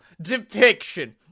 depiction